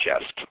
chest